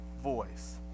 voice